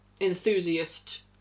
Enthusiast